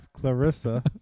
Clarissa